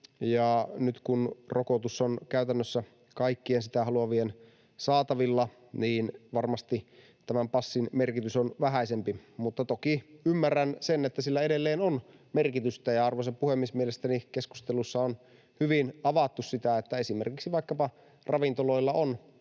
nyt kun rokotus on käytännössä kaikkien sitä haluavien saatavilla, varmasti tämän passin merkitys on vähäisempi, mutta toki ymmärrän sen, että sillä edelleen on merkitystä, ja arvoisa puhemies, mielestäni keskustelussa on hyvin avattu sitä, että esimerkiksi vaikkapa ravintoloilla on